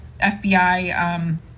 FBI